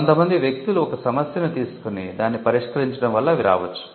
కొంత మంది వ్యక్తులు ఒక సమస్యను తీసుకొని దాన్ని పరిష్కరించడం వల్ల అవి రావచ్చు